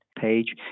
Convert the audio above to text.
page